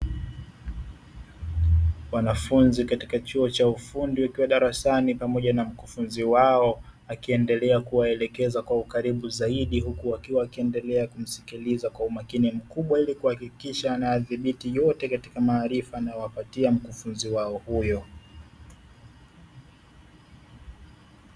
Wanafunzi wa chuo cha ufundi wakiwa darasani na mwalimu wao akiendelea kuwaelekeza kwa ukaribu zaidi, huku wakiwa wanamsikiliza kwa umakini mkubw aili kuhakikisha, anayathibiti yote katika maarifa anayowapatia mkufunzi wao huyo.